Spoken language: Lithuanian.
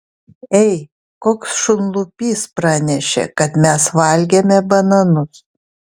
ei koks šunlupys pranešė kad mes valgėme bananus